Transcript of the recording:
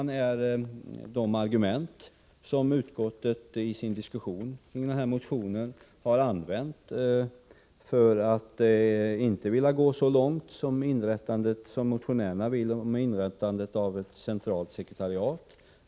Detta är de argument som utskottet i sin diskussion kring den här motionen har fört fram för att inte vilja gå så långt som motionärerna vill när det gäller inrättandet av ett centralt sekretariat.